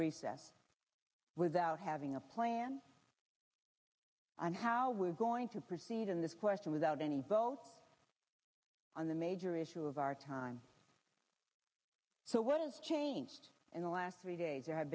recess without having a plan on how we're going to proceed on this question without any both on the major issue of our time so what has changed in the last three days